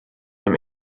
him